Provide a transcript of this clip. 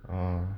oh